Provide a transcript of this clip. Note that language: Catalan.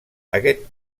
aquest